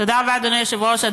תודה רבה, אדוני היושב-ראש.